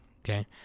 Okay